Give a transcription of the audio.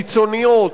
קיצוניות,